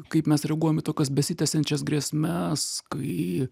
kaip mes reaguojam į tokias besitęsiančias grėsmes kai